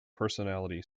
personality